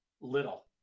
little